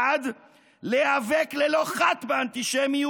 1. להיאבק ללא חת באנטישמיות,